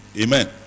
Amen